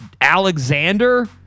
Alexander